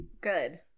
good